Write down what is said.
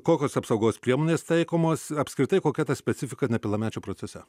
kokios apsaugos priemonės taikomos apskritai kokia ta specifika nepilnamečių procese